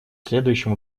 следующем